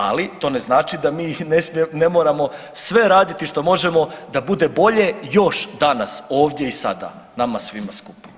Ali to ne znači da mi ne moramo sve raditi što možemo da bude bolje još danas ovdje i sada nama svima skupa.